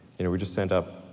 we just sent up